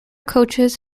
coaches